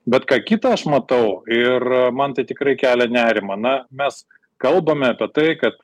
bet ką kitą aš matau ir man tai tikrai kelia nerimą na mes kalbame apie tai kad